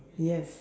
yes